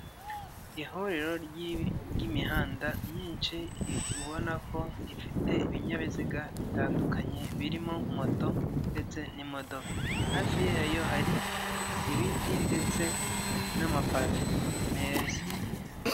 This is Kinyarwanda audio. Ihuriro ry'imihanda myinshi i ubona ko ifite ibinyabiziga bitandukanye birimo moto ndetse n'imodoka hafi yayo hari ibiti ndetse n'amapave meza.